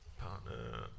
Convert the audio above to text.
Partner